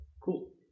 Cool